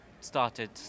started